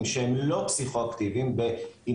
היינו צריכים לשלוח מישהו פיסית לירושלים כדי לקבל את